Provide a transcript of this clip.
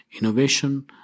innovation